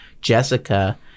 jessica